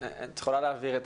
את יכולה להעביר את